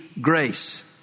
grace